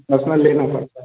अपना लेना पड़ता है